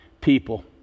people